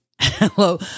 Hello